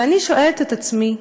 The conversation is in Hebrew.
ואני שואלת את עצמי,